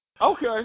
Okay